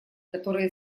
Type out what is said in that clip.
которые